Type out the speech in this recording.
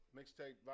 Mixtape